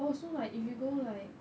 oh so like if you go like